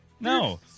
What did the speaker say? no